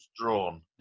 drawn